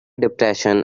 depression